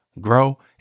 grow